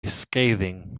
scathing